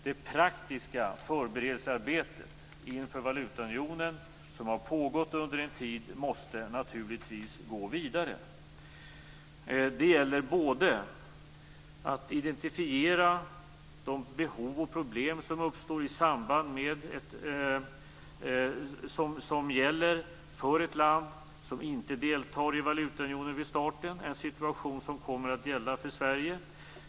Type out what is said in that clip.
Det praktiska förberedelsearbetet inför valutaunionen, som har pågått under en tid, måste naturligtvis gå vidare. Det gäller både att identifiera de behov och problem som gäller för ett land som inte deltar i valutaunionen vid starten, en situation som kommer att gälla för Sverige.